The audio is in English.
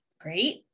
Great